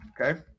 okay